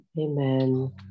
Amen